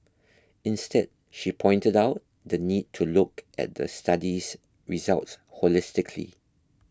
instead she pointed out the need to look at the study's results holistically